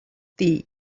дээ